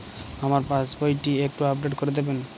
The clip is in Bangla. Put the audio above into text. আমার পাসবই টি একটু আপডেট করে দেবেন?